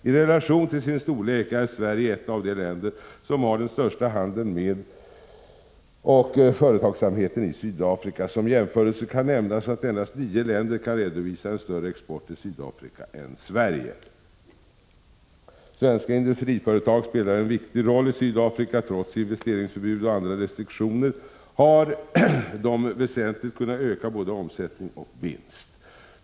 I relation till sin storlek är Sverige ett av de länder som har den största handeln med Sydafrika, liksom det största antalet dotterbolag. Som jämförelse kan nämnas att endast nio länder kan redovisa en större export till Sydafrika än Sverige. Svenska industriföretag spelar en viktig rolli Sydafrika. Trots investeringsförbud och andra restriktioner har de väsentligt kunnat öka både sin omsättning och sin vinst.